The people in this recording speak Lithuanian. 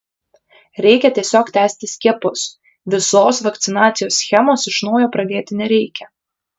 reikia tiesiog tęsti skiepus visos vakcinacijos schemos iš naujo pradėti nereikia